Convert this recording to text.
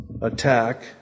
attack